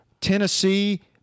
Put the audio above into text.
Tennessee –